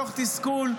מתוך תסכול,